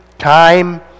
time